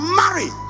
marry